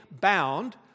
bound